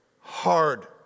hard